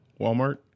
Walmart